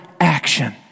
action